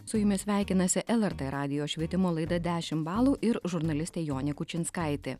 su jumis sveikinasi lrt radijo švietimo laida dešim balų ir žurnalistė jonė kučinskaitė